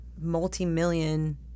multi-million